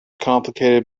complicated